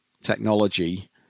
technology